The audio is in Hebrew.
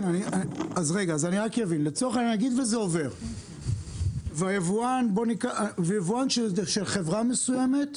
נניח שזה עובר, ויבואן של חברה מסוימת בארץ,